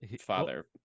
Father